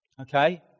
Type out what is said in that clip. okay